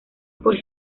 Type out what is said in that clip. por